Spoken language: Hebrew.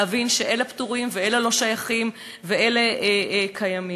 להבין שאלה פטורים ואלה לא שייכים ואלה קיימים.